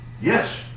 Yes